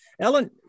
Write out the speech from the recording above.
Ellen